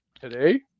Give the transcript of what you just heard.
today